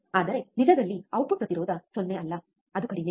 ಆದರೆ ನಿಜದಲ್ಲಿ ಔಟ್ಪುಟ್ ಪ್ರತಿರೋಧ 0 ಅಲ್ಲ ಅದು ಕಡಿಮೆ